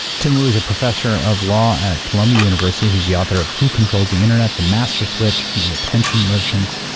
tim wu is a professor of law at columbia university, he's the author of who controls the internet, the master switch, and the attention merchants,